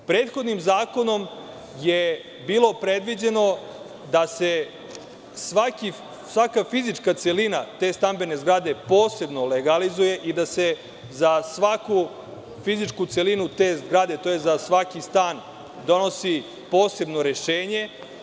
Prethodnim zakonom je bilo predviđeno da se svaka fizička celina te stambene zgrade posebno legalizuje i da se za svaku fizičku celinu te zgrade, tj. za svaki stan donosi posebno rešenje.